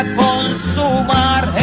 consumar